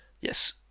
Yes